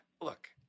look